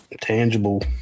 tangible